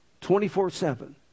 24-7